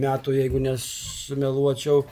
metų jeigu nesumeluočiau